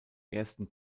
ersten